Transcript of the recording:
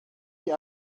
die